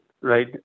right